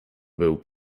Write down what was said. był